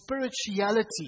spirituality